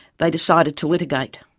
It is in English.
they decided to litigate.